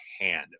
hand